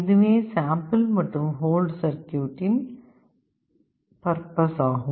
இதுவே சாம்பிள் மற்றும் ஹோல்ட் சர்க்யூட்டின் பர்பஸ் ஆகும்